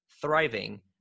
thriving